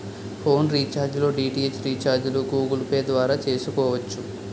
phone recharge లో DTH రీఛార్జిలు Google Pay ద్వారా చేసుకోవచ్చు